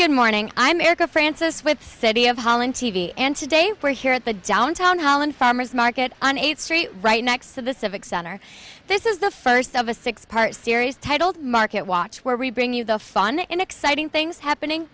good morning i'm erica francis with city of holland t v and today we're here at the down town hall in farmer's market an eighth street right next to the civic center this is the first of a six part series titled market watch where we bring you the fun and exciting things happening